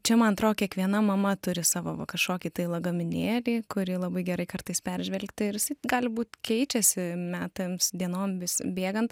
čia man atrodo kiekviena mama turi savo kažkokį tai lagaminėlį kurį labai gerai kartais peržvelgti ir jisai gali būt keičiasi metams dienom vis bėgant